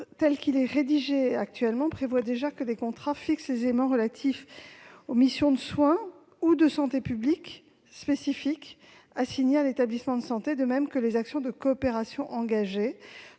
est déjà satisfait. Il est prévu que les contrats fixent les éléments relatifs aux missions de soins ou de santé publique spécifiques assignées à l'établissement de santé, de même que les actions de coopération engagées.